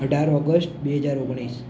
અઢાર ઓગસ્ટ બે હજાર ઓગણીસ